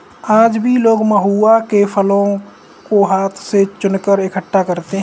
आज भी लोग महुआ के फलों को हाथ से चुनकर इकठ्ठा करते हैं